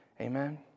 Amen